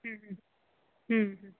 हम्म हम्म